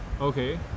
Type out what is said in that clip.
Okay